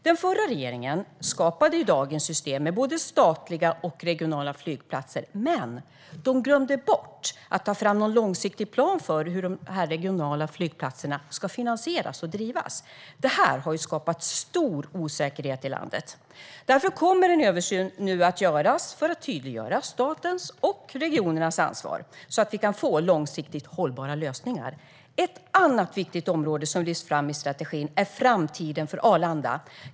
Den förra regeringen skapade ju dagens system, med både statliga och regionala flygplatser, men de glömde bort att ta fram en långsiktig plan för hur de regionala flygplatserna ska finansieras och drivas. Detta har skapat stor osäkerhet i landet. Därför kommer en översyn nu att göras för att tydliggöra statens och regionernas ansvar, så att vi kan få långsiktigt hållbara lösningar. Ett annat viktigt område som lyfts fram i strategin är framtiden för Arlanda.